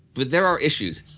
but there are issues.